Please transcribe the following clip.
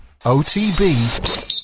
OTB